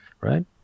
right